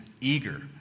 eager